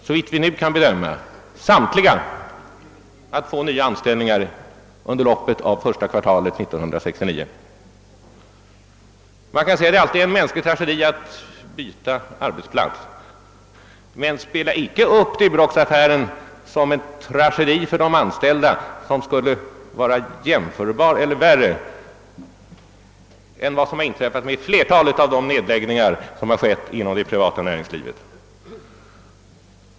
Såvitt vi nu kan bedöma kommer samtliga dessa att få nya anställningar inom loppet av första kvartalet 1969. Det kan alltid sägas vara en mänsklig tragedi att tvingas byta arbetsplats, men spela icke ut Duroxaffären som en tragedi för de anställda, vilken skulle vara jämförbar med eller värre än vad som har inträffat vid flertalet av de nedläggningar som förekommit inom det privata näringslivet!